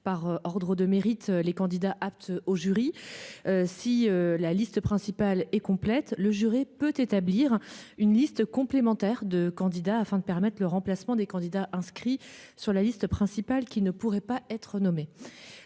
par ordre de mérite. Les candidats aptes au jury. Si la liste principale et complète le juré peut établir une liste complémentaire de candidats afin de permettre le remplacement des candidats inscrits sur la liste principale qui ne pourrait pas être nommé